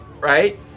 right